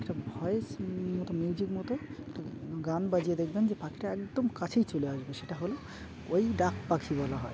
একটা ভয়েস মতো মিউজিক মতো একটা গান বাজিয়ে দেখবেন যে পাখিটা একদম কাছেই চলে আসবে সেটা হলো ওই ডাক পাখি বলা হয়